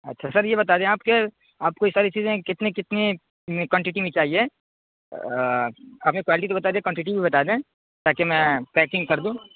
اچھا سر یہ بتادیں آپ کہ آپ کو یہ ساری چیزیں کتنی کتنی کوانٹیٹی میں چاہیے آپ نے کوالٹی بتادی کوانٹٹی بھی بتادیں تاکہ میں پیکنگ کردوں